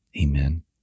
Amen